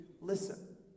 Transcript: listen